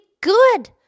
good